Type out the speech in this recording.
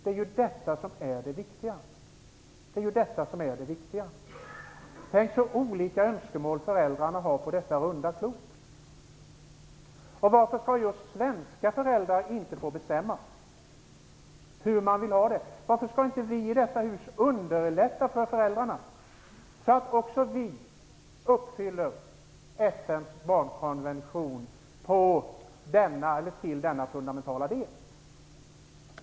Det är detta som är det viktiga. Tänk så olika önskemål föräldrarna på detta runda klot har. Varför skall just svenska föräldrar inte få bestämma hur man vill ha det? Varför skall inte vi i detta hus underlätta för föräldrarna, så att också vi uppfyller intentionerna i FN:s barnkonvention i denna fundamentala del?